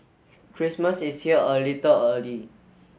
Christmas is here a little early